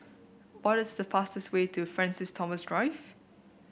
what is the fastest way to Francis Thomas Drive